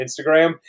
Instagram